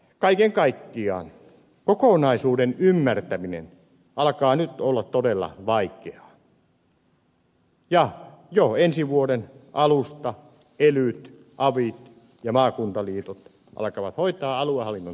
kaiken kaikkiaan kokonaisuuden ymmärtäminen alkaa nyt olla todella vaikeaa ja jo ensi vuoden alusta elyt avit ja maakuntaliitot alkavat hoitaa aluehallinnon tehtäviä